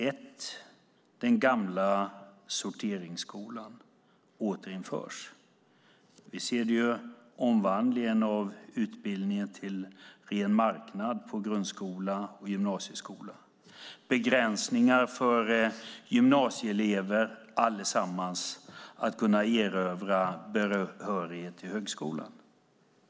För det första återinförs den gamla sorteringsskolan. Vi ser omvandlingen av utbildningen till ren marknad på grundskola och gymnasieskola. Begränsningar gör att inte alla gymnasieelever kan erövra behörighet till högskolan.